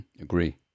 Agree